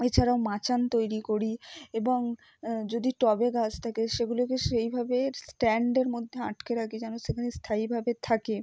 এছাড়াও মাচান তৈরি করি এবং যদি টবে গাছ থাকে সেগুলোকে সেইভাবে স্ট্যান্ডের মধ্যে আটকে রাখি যেন সেখানে স্থায়ীভাবে থাকে